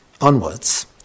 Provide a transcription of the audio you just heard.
onwards